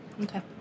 Okay